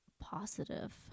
positive